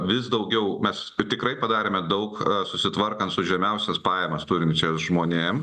vis daugiau mes tikrai padarėme daug susitvarkant su žemiausias pajamas turinčiom žmonėm